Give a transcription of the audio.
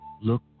Look